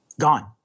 gone